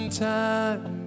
time